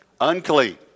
Unclean